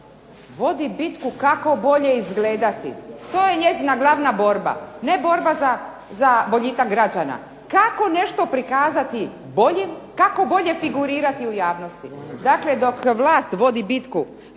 vodi bitku kako bolje izgledati. To je njezina glavna borba, ne borba za boljitak građana. Kako nešto prikazati boljim, kako bolje figurirati u javnosti. Dakle, dok vlast vodi bitku